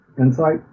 Insight